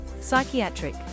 psychiatric